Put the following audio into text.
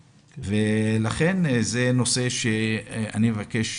לכן זה נושא שאני מבקש,